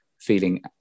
Feeling